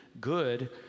good